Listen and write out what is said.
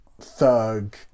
thug